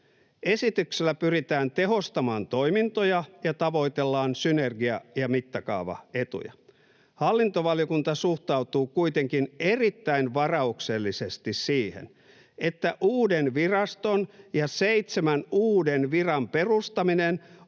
”Esityksellä pyritään tehostamaan toimintoja ja tavoitellaan synergia- ja mittakaavaetuja. Hallintovaliokunta suhtautuu kuitenkin erittäin varauksellisesti siihen, että uuden viraston ja seitsemän uuden viran perustaminen